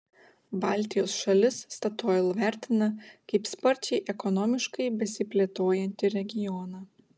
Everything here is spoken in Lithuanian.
baltijos šalis statoil vertina kaip sparčiai ekonomiškai besiplėtojantį regioną